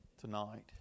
tonight